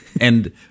And-